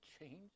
change